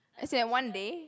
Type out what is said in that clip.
as in one day